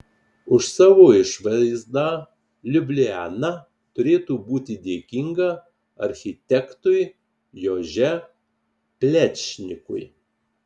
už savo išvaizdą liubliana turėtų būti dėkinga architektui jože plečnikui